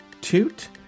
toot